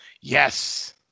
Yes